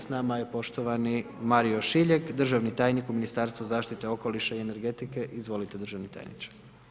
S nama je poštovani Mario Šiljek, državni tajnik u Ministarstvu zaštite okoliša i energetike, izvolite državni tajniče.